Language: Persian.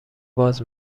باز